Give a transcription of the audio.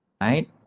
Right